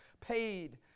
paid